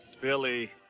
Billy